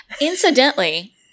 Incidentally